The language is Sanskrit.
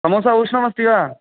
समोसा उष्णमस्ति वा